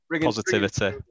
Positivity